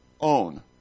own